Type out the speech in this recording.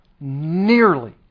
nearly